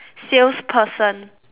salesperson